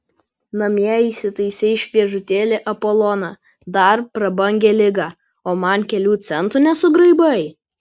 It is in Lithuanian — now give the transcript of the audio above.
namie įsitaisei šviežutėlį apoloną dar prabangią ligą o man kelių centų nesugraibai